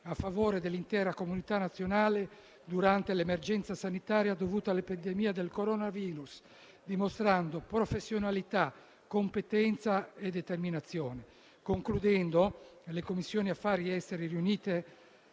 a favore dell'intera comunità nazionale durante l'emergenza sanitaria dovuta all'epidemia del coronavirus, dimostrando professionalità, competenza e determinazione. In conclusione, le Commissioni riunite